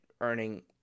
earning